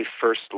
first